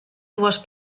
dues